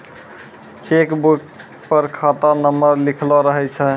cheque book पर खाता number लिखलो रहै छै